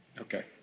Okay